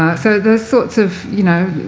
so those sorts of, you know,